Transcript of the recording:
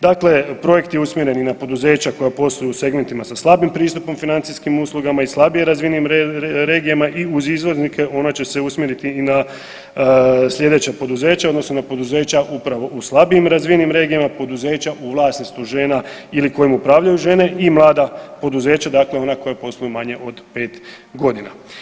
Dakle, projekt je usmjeren i na poduzeća koja posluju u segmentima sa slabim pristupom financijskim uslugama i slabije razvijenim regijama i uz izvoznike ona će usmjeriti na sljedeća poduzeća odnosno na poduzeća upravo u slabije razvijenim regijama, poduzeća u vlasništvu žena ili kojim upravljaju žene i mlada poduzeća dakle ona koja posluju manje od pet godina.